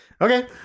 Okay